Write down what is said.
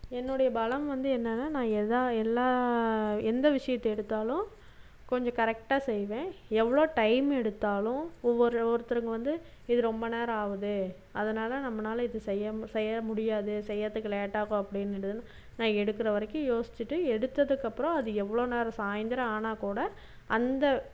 என்னுடைய பலம் வந்து என்னன்னால் நான் ஏதா எல்லாம் எந்த விஷயத்தை எடுத்தாலும் கொஞ்சம் கரெக்டாக செய்வேன் எவ்வளோ டைம் எடுத்தாலும் ஒவ்வொரு ஒருத்தருங்க வந்து இது ரொம்ப நேரம் ஆகுது அதனால நம்மனால் இது செய்ய மு செய்ய முடியாது செய்யறதுக்கு லேட் ஆகும் அப்படின் நான் எடுக்கிற வரைக்கும் யோசிச்சிட்டு எடுத்ததுக்கப்புறோம் அது எவ்வளோ நேரம் சாயந்தரோம் ஆனால் கூட அந்த